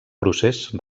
procés